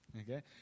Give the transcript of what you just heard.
Okay